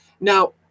Now